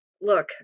Look